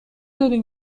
داری